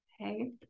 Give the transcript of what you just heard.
Okay